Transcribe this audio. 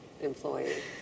employee